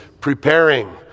preparing